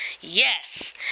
Yes